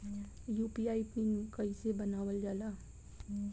UPI PIN कइसे बनावल जाला?